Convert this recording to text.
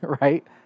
right